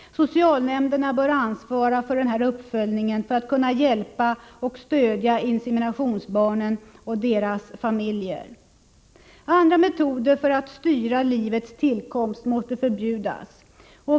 Socialnämnderna bör ansvara för denna uppföljning, så att de skall kunna hjälpa och stödja inseminationsbarnen och deras familjer. Andra metoder för att styra livets tillkomst måste förbjudas.